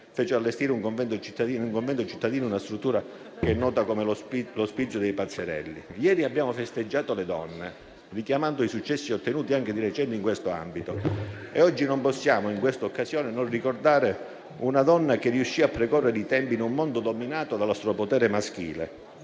fece allestire in un convento cittadino una struttura che è nota come l'Ospizio dei pazzerelli. Ieri abbiamo festeggiato le donne, richiamando i successi ottenuti anche di recente in questo ambito e oggi non possiamo, in questa occasione, non ricordare una donna che riuscì a precorrere i tempi in un mondo dominato dallo strapotere maschile.